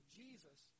jesus